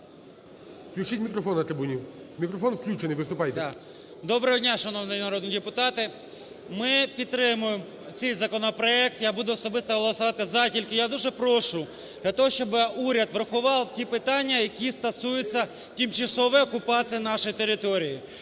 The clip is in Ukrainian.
Доброго дня шановні народні депутати. Ми підтримуємо цей законопроект, я буду особисто голосувати "за", тільки я дуже прошу, для того щоб уряд врахував ті питання, які стосуються тимчасової окупації нашої території.